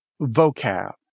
vocab